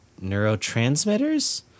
Neurotransmitters